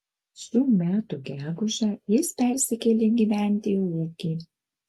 šių metų gegužę jis persikėlė gyventi į ūkį